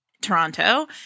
Toronto